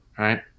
Right